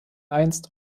einst